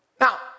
Now